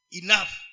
enough